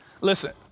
Listen